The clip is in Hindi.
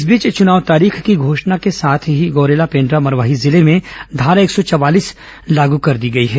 इस बीच चुनाव तारीख की घोषणा होने के साथ ही गौरेला पेण्ड्रा मरवाही जिले में धारा एक सौ चवालीस लागू कर दी गई है